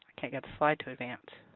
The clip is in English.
can't get the slide to advance.